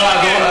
סכם,